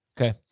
Okay